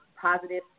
positive